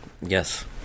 Yes